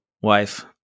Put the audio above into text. wife